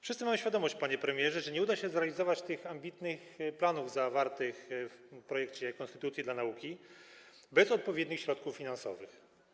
Wszyscy mają świadomość, panie premierze, że nie uda się zrealizować tych ambitnych planów zawartych w projekcie konstytucji dla nauki bez odpowiednich środków finansowych.